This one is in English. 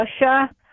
Russia